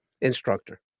instructor